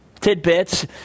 tidbits